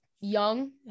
young